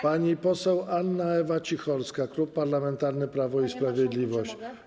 Pani poseł Anna Ewa Cicholska, Klub Parlamentarny Prawo i Sprawiedliwość.